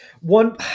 one